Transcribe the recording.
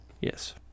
Yes